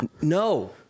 No